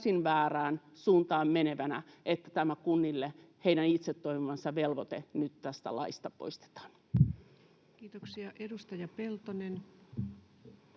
väärään suuntaan menevänä, että tämä kuntien itse toivoma velvoite nyt tästä laista poistetaan. Kiitoksia. — Edustaja Peltonen.